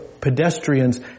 pedestrians